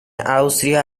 austria